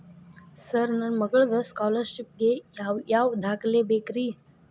Sir ನನ್ನ ಮಗ್ಳದ scholarship ಗೇ ಯಾವ್ ಯಾವ ದಾಖಲೆ ಬೇಕ್ರಿ?